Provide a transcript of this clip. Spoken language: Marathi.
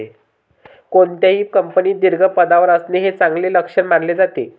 कोणत्याही कंपनीत दीर्घ पदावर असणे हे चांगले लक्षण मानले जाते